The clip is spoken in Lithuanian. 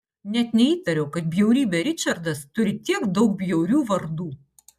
net neįtariau kad bjaurybė ričardas turi tiek daug bjaurių vardų